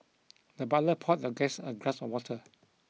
the butler poured the guest a glass of water